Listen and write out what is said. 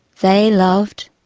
they loved,